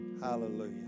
Hallelujah